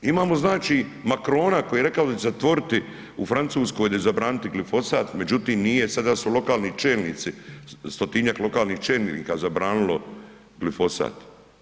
Imamo znači Macrona koji je rekao da će zatvoriti, u Francuskoj da će zabraniti glifosat, međutim nije, sada su lokalni čelnici, 100-tinjak lokalnih čelnika zabranilo glifosat.